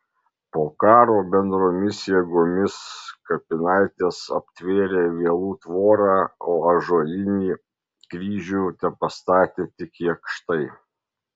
po karo bendromis jėgomis kapinaites aptvėrė vielų tvora o ąžuolinį kryžių tepastatė tik jakštai